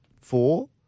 four